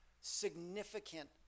significant